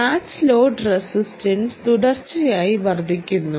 match load resistance തുടർച്ചയായി വർദ്ധിക്കുന്നു